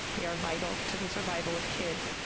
they are vital to the survival of kids,